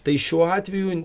tai šiuo atveju